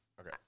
Okay